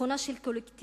תכונה של קולקטיב,